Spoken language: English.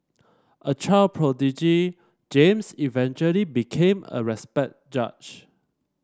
a child prodigy James eventually became a respected judge